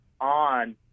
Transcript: on